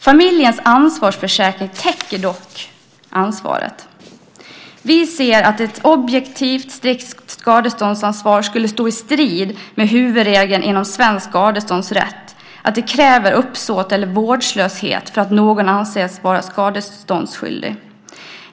Familjens ansvarsförsäkring täcker dock ansvaret. Vi anser att ett objektivt strikt skadeståndsansvar skulle stå i strid med huvudregeln inom svensk skadeståndsrätt att det kräver uppsåt eller vårdslöshet för att någon ska anses vara skadeståndsskyldig.